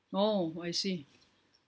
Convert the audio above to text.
oh I see